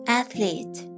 athlete